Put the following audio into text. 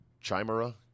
chimera